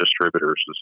distributors